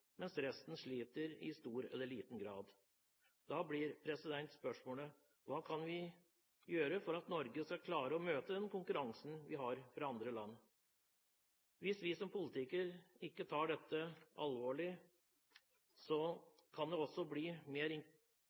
mens resten sliter i stor eller liten grad. Da blir spørsmålet: Hva kan vi gjøre for at Norge skal klare å møte den konkurransen vi har fra andre land? Hvis vi som politikere tar dette mer alvorlig enn det synes som vi gjør, kan det også bli mer